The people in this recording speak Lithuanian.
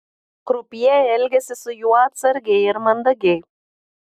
krupjė elgėsi su juo atsargiai ir mandagiai